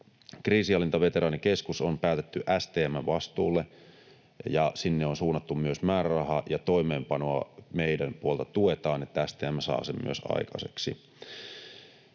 Kriisinhallintaveteraanikeskus on päätetty STM:n vastuulle, ja sinne on suunnattu myös määrärahaa ja toimeenpanoa meidän puolelta tuetaan, että STM saa sen myös aikaiseksi.